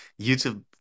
YouTube